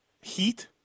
heat